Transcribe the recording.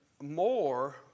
more